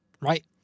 Right